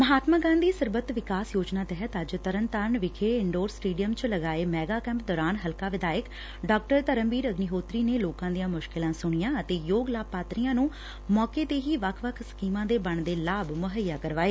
ਮਹਾਤਮਾ ਗਾਂਧੀ ਸਰਬੱਤ ਵਿਕਾਸ ਯੋਜਨਾ ਤਹਿਤ ਅੱਜ ਤਰਨਤਾਰਨ ਵਿਖੇ ਇੰਨਡੋਰ ਸਟੇਡੀਅਮ ਚ ਲਗਾਏ ਮੈਗਾ ਕੈਂਪ ਦੌਰਾਨ ਹਲਕਾ ਵਿਧਾਇਕ ਡਾ ਧਰਮਬੀਰ ਅਗਨੀਹੋਤਰੀ ਨੇ ਲੋਕਾਂ ਦੀਆਂ ਮੁਸ਼ਕਿਲਾਂ ਸੁਣੀਆਂ ਅਤੇ ਯੋਗ ਲਾਭਪਾਤਰੀਆਂ ਨੂੰ ਮੌਕੇ ਤੇ ਹੀ ਵੱਖ ਵੱਖ ਸਕੀਮਾਂ ਦੇ ਬਣਦੇ ਲਾਭ ਮੁਹੱਈਆ ਕਰਵਾਏ